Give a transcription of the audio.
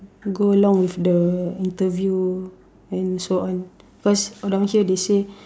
go along with the interview and so on cause along here they say